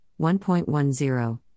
1.10